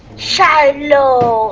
shiloh.